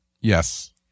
Yes